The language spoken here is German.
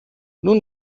nun